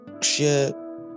share